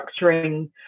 structuring